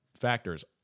factors